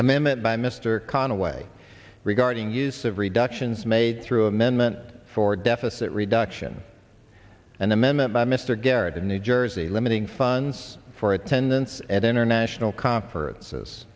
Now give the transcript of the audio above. mimicked by mr conaway regarding use of reductions made through amendment for deficit reduction and amendment by mr garrett in new jersey limiting funds for attendance at international conferences